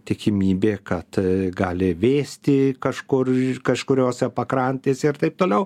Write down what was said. tikimybė kad gali vėsti kažkur kažkuriose pakrantėse ir taip toliau